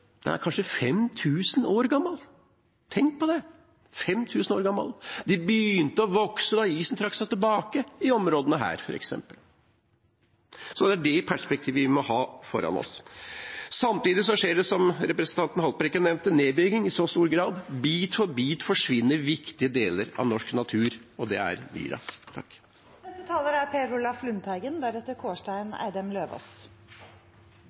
kanskje er 5 000 år gammel. Tenk på det – 5 000 år gammel. Den begynte å vokse da isen trakk seg tilbake i områdene her, f.eks. Det perspektivet må vi ha foran oss. Som representanten Haltbrekken nevnte, skjer samtidig nedbygging i en så stor grad. Bit for bit forsvinner viktige deler av norsk natur – og det er myra.